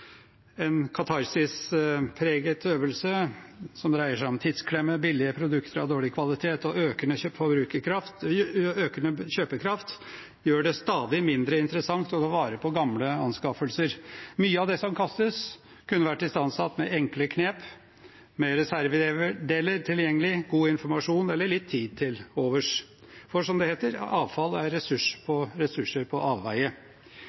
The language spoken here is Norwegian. en katarsispreget øvelse som dreier seg om tidsklemme, billige produkter av dårlig kvalitet og økende kjøpekraft som gjør det stadig mindre interessant å ta vare på gamle anskaffelser. Mye av det som kastes, kunne vært istandsatt med enkle knep, mer reservedeler tilgjengelig, god informasjon eller litt tid til overs. For som det heter: Avfall er ressurser på